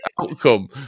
outcome